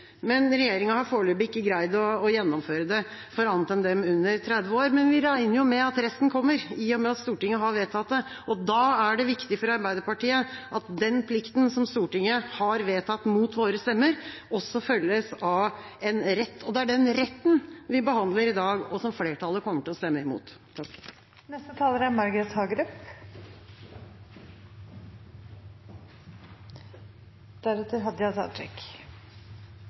Regjeringa har foreløpig ikke greid å gjennomføre det for andre enn dem under 30 år, men vi regner jo med at resten kommer, i og med at Stortinget har vedtatt det, og da er det viktig for Arbeiderpartiet at den plikten som Stortinget har vedtatt mot våre stemmer, også følges av en rett. Det er den retten vi behandler i dag, og som flertallet kommer til å stemme imot. Det er